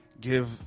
give